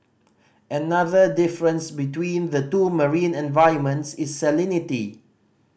another difference between the two marine environments is salinity